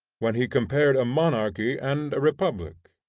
when he compared a monarchy and a republic,